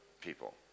people